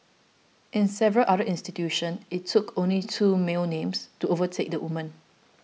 in several other institutions it took only two male names to overtake the women